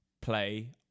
play